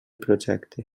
projecte